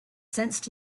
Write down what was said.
sensed